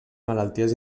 malalties